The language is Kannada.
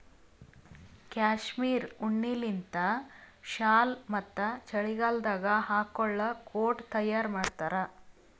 ಕ್ಯಾಶ್ಮೀರ್ ಉಣ್ಣಿಲಿಂತ್ ಶಾಲ್ ಮತ್ತ್ ಚಳಿಗಾಲದಾಗ್ ಹಾಕೊಳ್ಳ ಕೋಟ್ ತಯಾರ್ ಮಾಡ್ತಾರ್